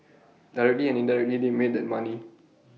directly and indirectly they made that money